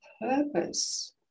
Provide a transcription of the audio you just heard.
purpose